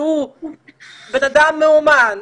שהוא בן אדם מיומן,